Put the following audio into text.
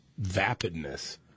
vapidness